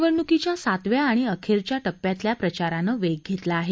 निवडणुकीच्या सातव्या आणि अखेरच्या टप्प्यातल्या प्रचारानं वेग घेतला आहे